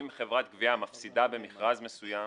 גבייה מפסידה במכרז מסוים